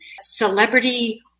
celebrity